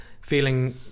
Feeling